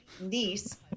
niece